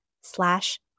slash